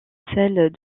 celles